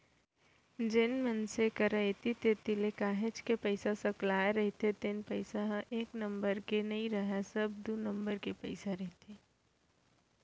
जेन मनसे मन करा ऐती तेती ले काहेच के पइसा सकलाय रहिथे तेन पइसा ह एक नंबर के नइ राहय सब दू नंबर के पइसा रहिथे